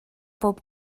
pob